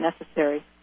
necessary